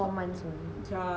four months only